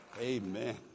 Amen